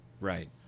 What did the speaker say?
right